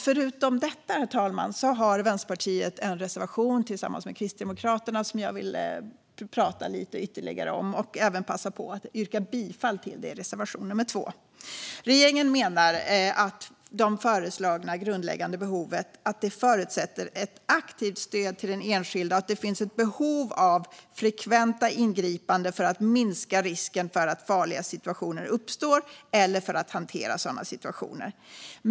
Förutom detta har Vänsterpartiet en reservation tillsammans med Kristdemokraterna som jag vill prata lite ytterligare om och även passa på att yrka bifall till. Det är reservation 2. Regeringen menar att det föreslagna grundläggande behovet förutsätter ett aktivt stöd till den enskilde och att det finns ett behov av frekventa ingripanden för att minska risken för att farliga situationer uppstår eller för att hantera sådana situationer.